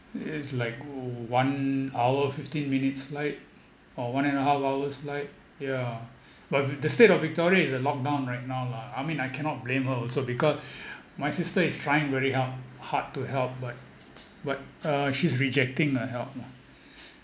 it's like one hour fifteen minutes flight or one and a half hour's flight yeah but the state of victoria is a lockdown right now lah I mean I cannot blame her also because my sister is trying very hard hard to help but but uh she's rejecting her help lah